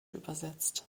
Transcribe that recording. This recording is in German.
übersetzt